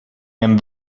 and